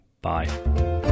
Bye